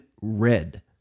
red